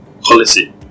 policy